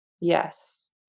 Yes